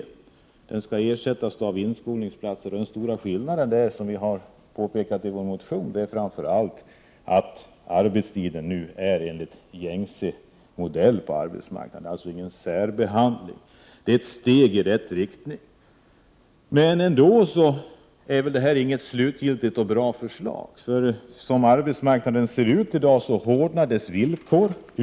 De nuvarande ungdomslagen skall ersättas av inskolningsplatser. Den stora skillnaden är, som vi påpekat i vår motion, framför allt att arbetstiden nu är enligt gängse modell på arbetsmarknaden. Det är alltså inte fråga om någon särbehandling av ungdomar. Det är ett steg i rätt riktning. Ändå är väl detta inte något slutgiltigt och bra förslag, för som arbetsmarknaden ser uti Prot. 1988/89:120 dag hårdnar dess villkor.